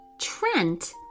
Trent